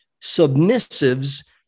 submissives